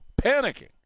Panicking